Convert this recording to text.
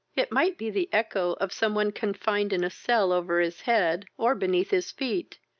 it might be the echo of some one confined in a cell over his head, or beneath his feet.